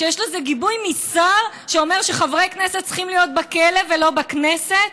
כשיש לזה גיבוי משר שאומר שחברי כנסת צריכים להיות בכלא ולא בכנסת,